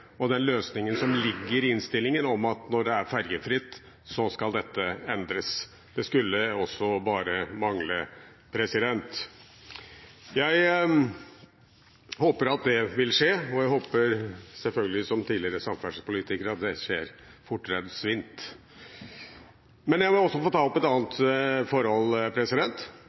og den løsningen som ligger i innstillingen, at når det er ferjefritt, skal dette endres, skulle også bare mangle! Jeg håper at det vil skje, og jeg håper selvfølgelig, som tidligere samferdselspolitiker, at det skjer fortere enn svint. Men jeg må også få ta opp et annet